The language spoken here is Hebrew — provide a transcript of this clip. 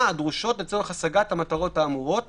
הדרושות לצורך השגת המשטרות האמורות